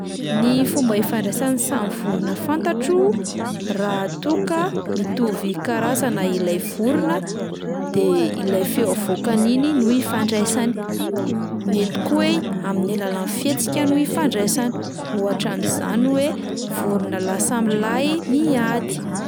Ny fomba ifandraisan'ny samy vorona fantatro, raha toa ka mitovy karazana ilay vorona de ilay feo avoakany iny no ifandraisany, mety koa hoe amin'ny alalan'ny fihetsika no ifandraisany ohatra amin'izany hoe vorona lahy samy lahy miady.